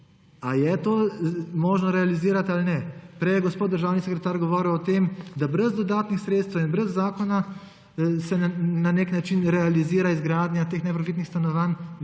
je to možno realizirati ali ne. Prej je gospod državni sekretar govoril o tem, da brez dodatnih sredstev in brez zakona se na nek način realizira izgradnja teh neprofitnih stanovanj,